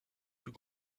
plus